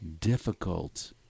difficult